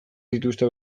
dituzte